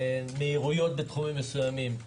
מהירויות בתחומים מסוימים,